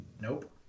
Nope